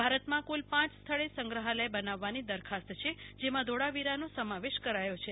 ભારતમાં કુલ પાંચ સ્થળે સંગ્રહાલય બનાવવાની દરખાસ્ત છે તેમાં ધોળાવીરાનો સમાવેશ કરાથો છે